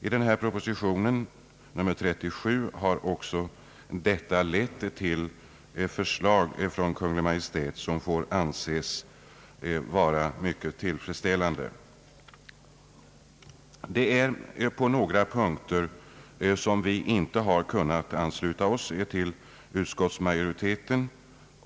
I proposition nr 37 har detta också lett fram till förslag från Kungl. Maj:t vilka får anses vara mycket tillfredsställande. Det är på några punkter vi inte kunnat ansluta oss till jordbruksutskottets majoritet.